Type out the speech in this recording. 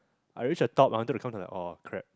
I reach the top I wanted to come until I count oh like crap